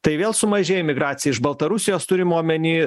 tai vėl sumažėja imigracija iš baltarusijos turim omeny